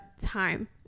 time